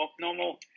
normal